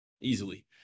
easily